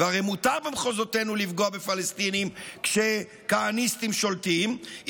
והרי מותר במחוזותינו לפגוע בפלסטינים כשכהניסטים שולטים,